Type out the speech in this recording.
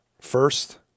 First